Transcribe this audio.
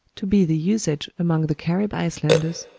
to be the usage among the carib islanders,